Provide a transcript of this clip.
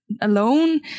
alone